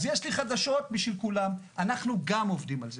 אז יש לי חדשות בשביל כולם: אנחנו גם עובדים על זה,